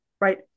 right